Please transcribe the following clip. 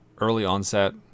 early-onset